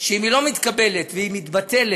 שאם היא לא מתקבלת והיא מתבטלת,